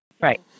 Right